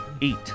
Eat